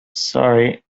sorry